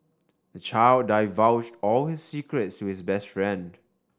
the child divulged all his secrets to his best friend